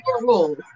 rules